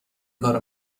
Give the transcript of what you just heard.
کارو